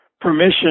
permission